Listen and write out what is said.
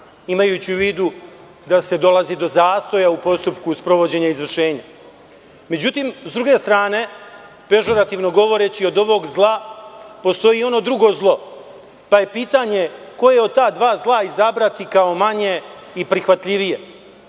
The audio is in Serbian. imajući u vidu da se dolazi do zastoja u postupku sprovođenja izvršenja.Međutim, s druge strane, pežorativno govoreći, od ovog zla postoji i ono drugo zlo, pa je pitanje koje od ta dva zla izabrati kao manje i prihvatljivije.